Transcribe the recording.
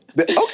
Okay